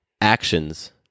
actions